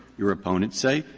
your opponents say,